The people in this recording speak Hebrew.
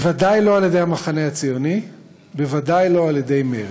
בוודאי לא על-ידי המחנה הציוני ובוודאי לא על-ידי מרצ,